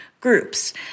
groups